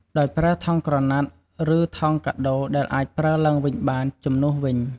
ដោយប្រើ ថង់ក្រណាត់ ឬ ថង់កាដូរដែលអាចប្រើឡើងវិញបាន ជំនួសវិញ។